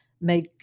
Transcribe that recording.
make